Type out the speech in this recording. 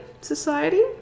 society